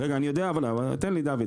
אני יודע, אבל תן לי, דוד.